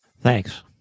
thanks